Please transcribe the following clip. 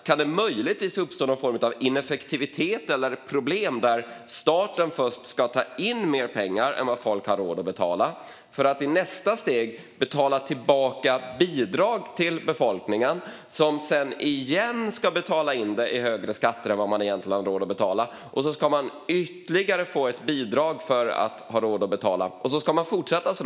Kan det möjligtvis uppstå någon form av ineffektivitet eller problem när staten först ska ta in mer pengar än vad folk har råd att betala för att i nästa steg betala tillbaka genom bidrag till befolkningen, som sedan ska betala in det igen genom skatter som är högre än vad de egentligen har råd att betala och sedan få ytterligare bidrag för att ha råd att betala och så ska det fortsätta så?